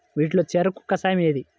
వీటిలో చెరకు కషాయం ఏది?